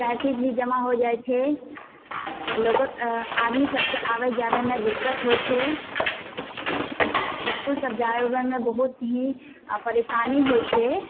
traffic भी जमा होइ जाइ छै आ लोगो आदमी सबके आबै जाबैमे दिक्कत होइ छै इसकुल सब जाइ अबैमे बहुत ही परेशानी होइ छै